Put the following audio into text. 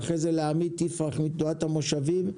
ואחרי זה לעמית יפרח מתנועת המושבים,